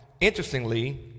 interestingly